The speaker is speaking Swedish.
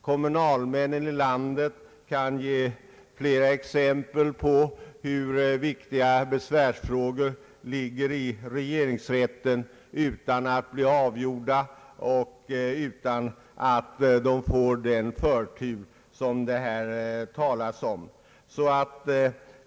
Kommunalmännen i landet kan ge fler exempel på hur viktiga besvärsfrågor ligger i regeringsrätten utan att bli avgjorda och utan att de får den förtur som det här talas om.